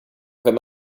wenn